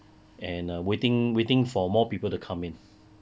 and uh waiting waiting for more people to come in